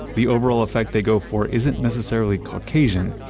the overall effect they go for isn't necessarily caucasian,